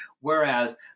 Whereas